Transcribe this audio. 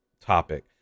topic